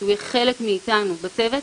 שיהיה חלק מאיתנו בצוות,